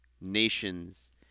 nations